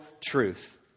truth